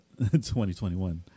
2021